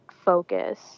focus